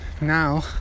now